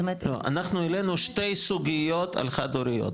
לא, אנחנו העלינו שתי סוגיות על חד- הוריות.